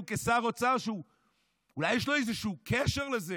שהוא כשר אוצר אולי יש לו איזשהו קשר לזה.